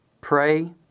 Pray